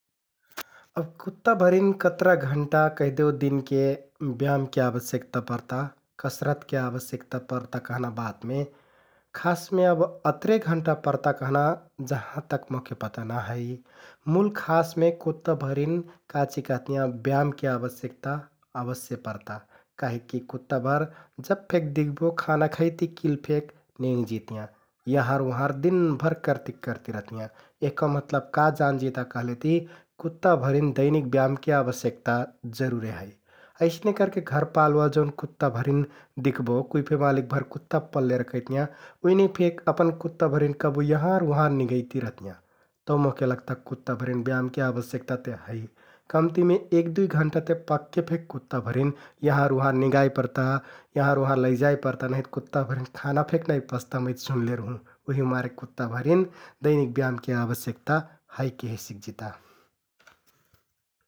अब कुत्‍ता भरिन कतरा घण्टा कैहदेउ दिनके ब्यायामके आवश्यकता परता, कसरतके आवश्यकता परता । कहना बातमे खासमे अब अतरे घण्टा परता कहना जहाँ तक मोहके पता ना है मुल खासमे कुत्‍ताभरिन काचिकहतियाँ ब्यायामके आवश्यकता अवश्य परता । काहिककि कुत्‍ताभर जब फेक दिख्बो खाना खैतिकिल फेक नेंग जितियाँ । यहँर उहँर दिनभर करतिक करतिक रहतियाँ यहका मतलब का जानजिता कहलेति कुत्‍ताभरिन दैनिक ब्यायामके आवश्यकता जरुरे है । अइसने करके घरपालुवा जौन कुत्‍ताभरिन दिख्बो कुइ फे मालिकभर कुत्‍ता पल्ले रखैतियाँ । उइने फेक अपन कुत्‍ताभरिन कबु यहँर उहँर निगैति रखैतियाँ तौ मोहके लगता कुत्‍ताभरिन ब्यायामके आवश्यकता ते है । कम्तिमे एक, दुइ घण्टा ते पक्के फे कुत्‍ताभरिन यहँर उहँर निगाइ परता । यहँर उहँर लैजाइ परता नहिंत कुत्‍ताभरिन खाना फेक नाइ पचता मै ते सुन्ले रुहुँ उहिमारे कुत्‍ताभरिन दैनिक ब्यायामके आवश्यकता है केहे सिकजिता ।